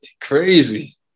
Crazy